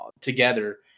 together